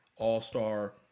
all-star